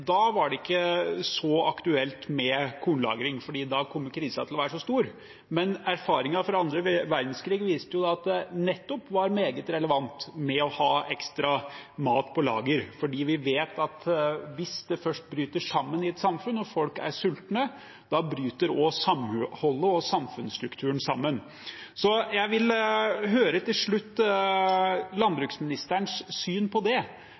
da kommer krisen til å være så stor. Men erfaringen fra annen verdenskrig viste at det nettopp var meget relevant å ha ekstra mat på lager, for vi vet at hvis det først bryter sammen i et samfunn og folk er sultne, bryter også samholdet og samfunnsstrukturen sammen. Jeg vil til slutt høre landbruksministerens syn på det.